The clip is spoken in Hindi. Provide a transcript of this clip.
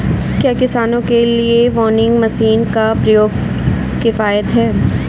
क्या किसानों के लिए विनोइंग मशीन का प्रयोग किफायती है?